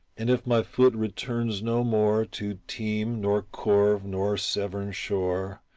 and if my foot returns no more to teme nor corve nor severn shore,